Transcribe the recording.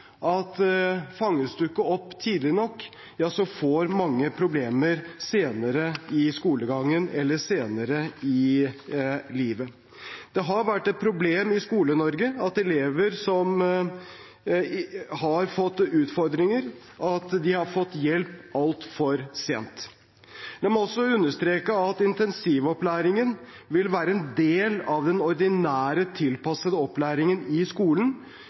man ikke opp tidlig nok, får mange problemer senere i skolegangen eller senere i livet. Det har vært et problem i Skole-Norge at elever som har hatt utfordringer, har fått hjelp altfor sent. La meg også understreke at intensivopplæringen vil være en del av den ordinære tilpassede opplæringen i skolen